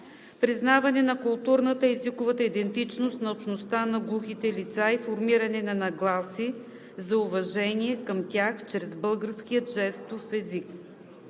признаване на културната и езиковата идентичност на общността на глухите лица и формиране на нагласи за уважение към тях чрез българския жестов език;